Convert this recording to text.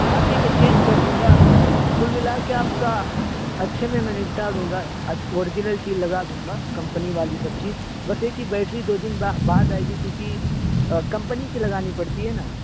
ہاں ٹھیک ہے چینج کردوں گا کل ملا کے آپ کا اچھے میں میں نپٹا دوں گا اوریجنل چیز لگا دوں گا کمپنی والی سب چیز بس یہ ہے کہ بیٹری دو دن بعد آئے گی کیونکہ کمپنی کی لگانی پڑتی ہے نا